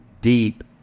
deep